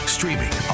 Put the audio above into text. Streaming